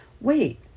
Wait